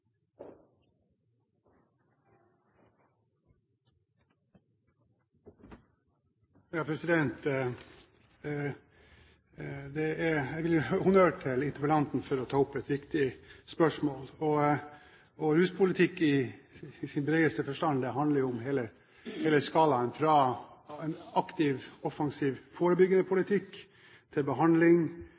Jeg vil gi honnør til interpellanten for å ta opp et viktig spørsmål. Ruspolitikk i sin bredeste forstand handler om hele skalaen fra en aktiv, offensiv forebyggende politikk til behandling